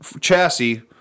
chassis